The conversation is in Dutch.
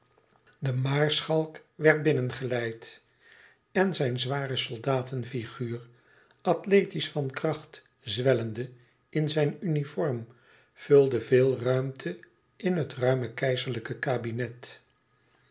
de maarschalk werd binnengeleid en zijn zware soldatenfiguur athletisch van kracht zwellende in zijn uniform vulde veel ruimte in het ruime keizerlijke kabinet